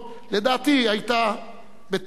לדעתי יסודה בטעות,